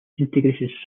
integrated